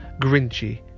grinchy